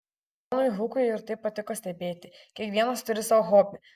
džonui hukui ir tai patiko stebėti kiekvienas turi savo hobį